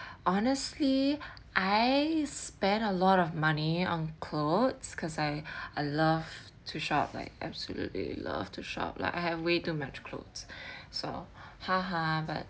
honestly I spend a lot of money on clothes cause I I love to shop like absolutely love to shop like I have way too many clothes so ha ha but